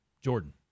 Jordan